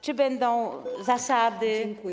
Czy będą zasady?